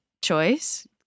choice